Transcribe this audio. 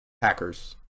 packers